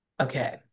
okay